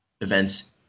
events